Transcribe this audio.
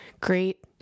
Great